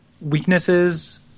weaknesses